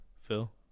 phil